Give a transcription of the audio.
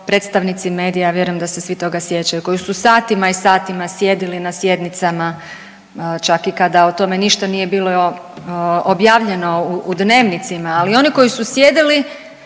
predstavnici medija, ja vjerujem da se svi toga sjećaju, koji su satima i satima sjedili na sjednicama čak i kada o tome ništa nije bilo objavljeno u Dnevnicima, ali oni koji su sjedili